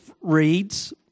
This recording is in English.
reads